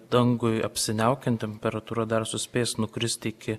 dangui apsiniaukiant temperatūra dar suspės nukristi iki